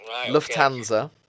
Lufthansa